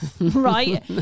right